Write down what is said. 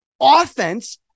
Offense